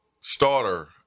starter